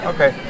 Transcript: Okay